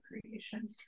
creation